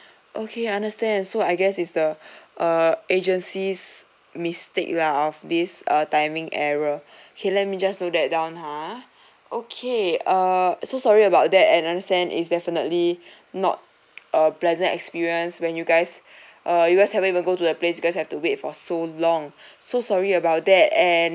okay understand so I guess it's the uh agency's mistake lah of this uh timing error okay let me just note that down ha okay uh so sorry about that and understand it's definitely not a pleasant experience when you guys uh you guys haven't even go to the place you guys have to wait for so long so sorry about that and